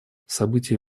события